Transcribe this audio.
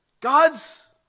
God's